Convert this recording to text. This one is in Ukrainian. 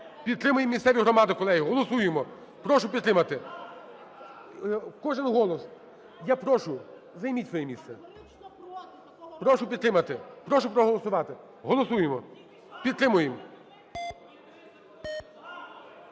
Підтримуємо місцеві громади, колеги, голосуємо. Прошу підтримати. Кожен голос. Я прошу, займіть своє місце. Прошу підтримати, прошу проголосувати. Голосуємо. Підтримуємо.